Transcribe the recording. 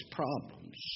problems